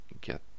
get